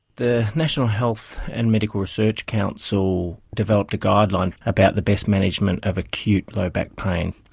the national health and medical research council developed a guideline about the best management of acute low back pain.